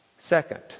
Second